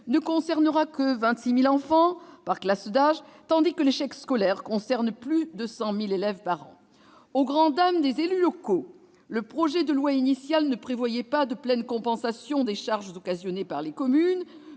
ne concernera que 26 000 enfants par classe d'âge, tandis que l'échec scolaire concerne plus de 100 000 élèves par an ... Au grand dam des élus locaux, le projet de loi initial ne prévoyait pas de pleine compensation des charges occasionnées pour les communes,